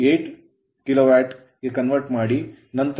8KW